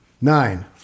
nine